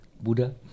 Buddha